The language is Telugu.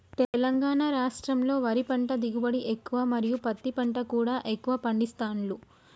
తెలంగాణ రాష్టంలో వరి పంట దిగుబడి ఎక్కువ మరియు పత్తి పంట కూడా ఎక్కువ పండిస్తాండ్లు